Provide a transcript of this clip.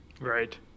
Right